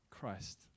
Christ